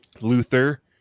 Luther